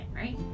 right